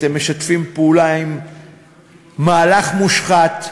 אתם משתפים פעולה עם מהלך מושחת,